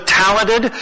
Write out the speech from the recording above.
talented